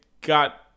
got